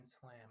slam